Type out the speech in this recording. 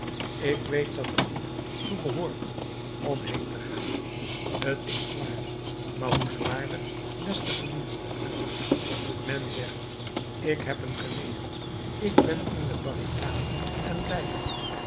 ik weet dat er moed toe behoort om heen te gaan t is zwaar maar hoe zwaarder des te verdienstelijker men zegt ik heb een geweer ik ben in de barricade en blijf